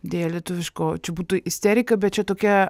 deja lietuviško čia būtų isterika bet čia tokia